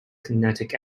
kinetic